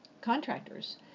contractors